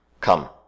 Come